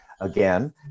again